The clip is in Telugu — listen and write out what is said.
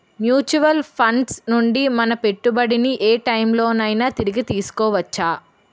మ్యూచువల్ ఫండ్స్ నుండి మన పెట్టుబడిని ఏ టైం లోనైనా తిరిగి తీసుకోవచ్చా?